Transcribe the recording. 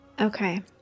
Okay